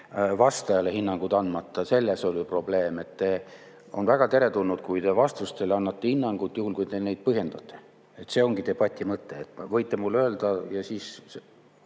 vastajale hinnangud andmata. Selles oli probleem. On väga teretulnud, kui te vastustele annate hinnangu, juhul kui te seda põhjendate. See ongi debati mõte. Te võite mulle midagi